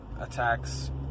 attacks